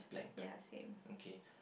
yeah same